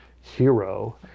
hero